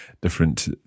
different